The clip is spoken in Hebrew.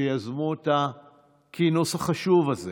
שיזמו את הכינוס החשוב הזה